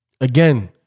again